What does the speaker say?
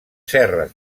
serres